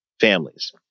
families